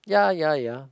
ya ya ya